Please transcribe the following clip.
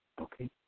okay